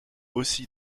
aussi